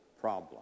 problem